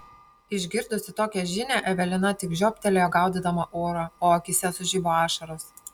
išgirdusi tokią žinią evelina tik žioptelėjo gaudydama orą o akyse sužibo ašaros